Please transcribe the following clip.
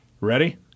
Ready